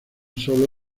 solo